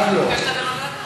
מה לא?